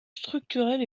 structurel